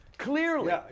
Clearly